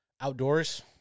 outdoors